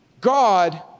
God